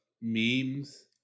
Memes